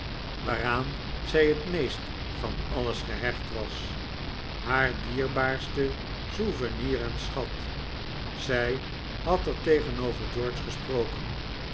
waaraan zij het meest van alles gehecht was haar dierbaartste souvenir en schat zij had er tegen over george gesproken